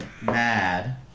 mad